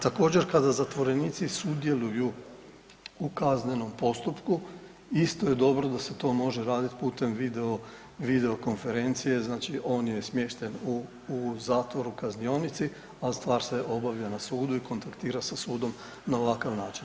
Također kada zatvorenici sudjeluju u kaznenom postupku isto je dobro da se to može raditi putem video konferencije, znači on je smješten u zatvoru, kaznionici a stvar se obavlja na sudu i kontaktira sa sudom na ovakav način.